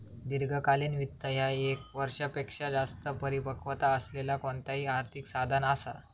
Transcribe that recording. दीर्घकालीन वित्त ह्या ये क वर्षापेक्षो जास्त परिपक्वता असलेला कोणताही आर्थिक साधन असा